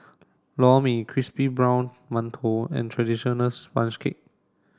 Lor Mee crispy golden brown mantou and traditional sponge cake